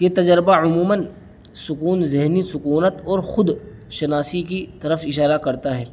یہ تجربہ عموماً سکون ذہنی سکون اور خود شناسی کی طرف اشارہ کرتا ہے